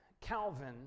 Calvin